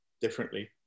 differently